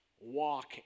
walk